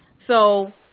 so